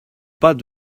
pas